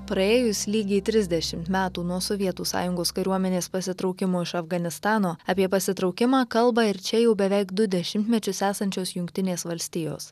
praėjus lygiai tridešimt metų nuo sovietų sąjungos kariuomenės pasitraukimo iš afganistano apie pasitraukimą kalba ir čia jau beveik du dešimtmečius esančios jungtinės valstijos